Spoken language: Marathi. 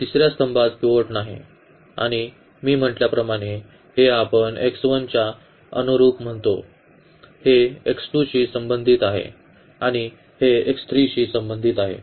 तिसऱ्या स्तंभात पिव्होट नाही आणि मी म्हटल्याप्रमाणे हे आपण च्या अनुरुप म्हणतो हे शी संबंधित आहे आणि हे शी संबंधित आहे